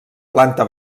planta